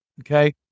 Okay